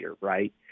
right